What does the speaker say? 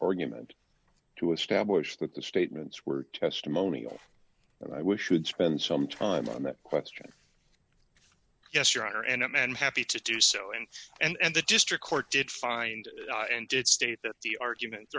you meant to establish that the statements were testimonial and i wish you'd spend some time on that question yes your honor and i'm and happy to do so and and the district court did find and did state that the arguments